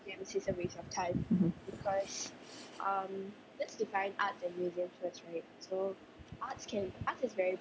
mmhmm